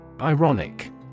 Ironic